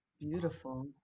Beautiful